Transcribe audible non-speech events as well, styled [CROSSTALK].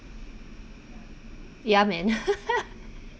ya man [LAUGHS]